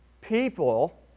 people